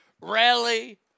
rally